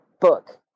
book